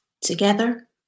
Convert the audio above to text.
Together